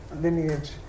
lineage